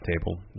table